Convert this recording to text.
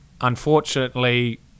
Unfortunately